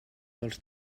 dels